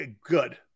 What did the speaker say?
Good